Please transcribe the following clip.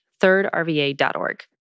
thirdrva.org